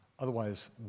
Otherwise